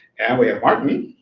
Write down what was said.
and we have martin.